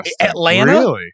Atlanta